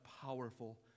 powerful